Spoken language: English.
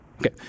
Okay